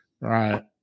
Right